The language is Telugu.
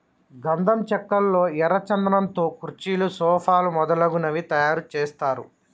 గంధం చెక్కల్లో ఎర్ర చందనం తో కుర్చీలు సోఫాలు మొదలగునవి తయారు చేస్తారు